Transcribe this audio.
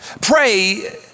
Pray